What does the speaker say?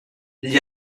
gli